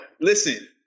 Listen